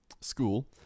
school